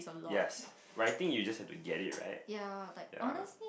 yes writing you just have to get it right ya